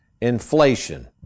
inflation